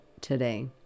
today